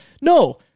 No